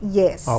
yes